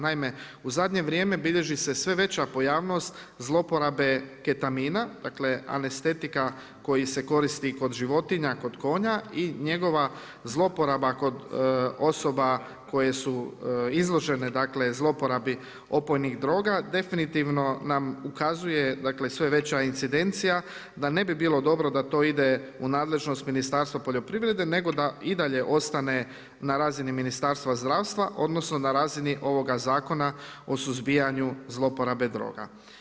Naime, u zadnje vrijeme bilježi se sve veća pojavnost zloporabe ketamina dakle anestetika koji se koristi kod životinja, kod konja i njegova zloporaba kod osoba koje su izložene dakle zloporabi opojnih droga definitivno nam ukazuje dakle sve veća incidencija da ne bi bilo dobro da to ide u nadležnost Ministarstva poljoprivrede nego da i dalje ostane na razini Ministarstva zdravstva odnosno na razini ovoga zakona o suzbijanju zloporabe droga.